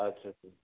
आदसा सा